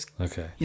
Okay